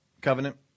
covenant